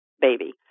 baby